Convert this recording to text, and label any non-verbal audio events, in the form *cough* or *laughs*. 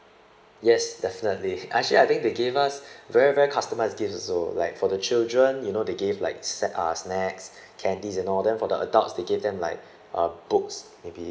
yes definitely *laughs* I actually I think they gave us *breath* very very customised gift also like for the children you know they gave like set uh snacks *breath* candies and all that for the adults they gave them like *breath* uh books maybe